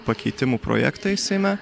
pakeitimų projektai seime